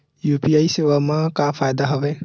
UPI सेवा मा का फ़ायदा हवे?